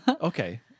Okay